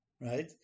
right